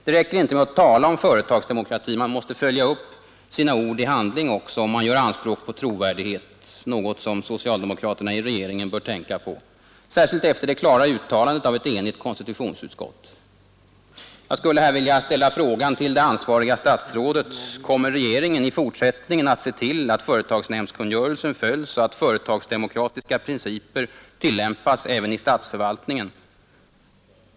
Det räcker inte med att tala om företagsdemokrati, man måste följa upp sina ord i handling också om man gör anspråk på trovärdighet, något som socialdemokraterna i regeringen bör tänka på — särskilt efter det klara uttalandet av ett enigt konstitutionsutskott. Jag skulle här vilja ställa frågan till ansvariga statsrådet: Kommer regeringen i fortsättningen att se till att företagsnämndskungörelsen följs och företagsdemokratiska principer tillämpas även i statsförvaltningen?